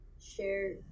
share